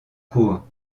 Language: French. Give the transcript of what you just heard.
cours